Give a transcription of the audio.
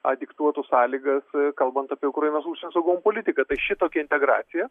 a diktuotų sąlygas kalbant apie ukrainos užsienio saugumo politiką tai šitokia integracija